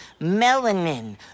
melanin